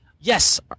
Yes